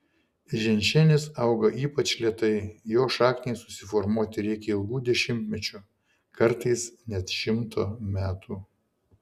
ženšenis auga ypač lėtai jo šakniai susiformuoti reikia ilgų dešimtmečių kartais net šimto metų